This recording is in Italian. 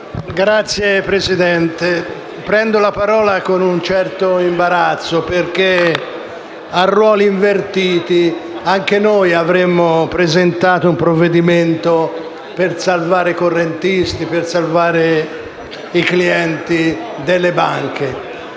Signor Presidente, prendo la parola con un certo imbarazzo, perché a ruoli invertiti anche noi avremmo presentato un provvedimento per salvare i correntisti e i clienti delle banche.